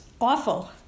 awful